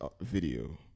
video